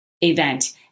event